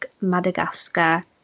Madagascar